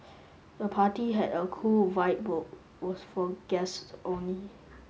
the party had a cool vibe was for guests only